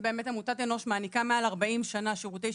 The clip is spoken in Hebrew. שחלקם בכלל נובע מעניין פרוצדורלי.